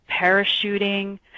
parachuting